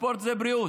ספורט זה בריאות,